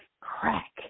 crack